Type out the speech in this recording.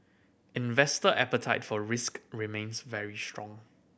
investor appetite for risk remains very strong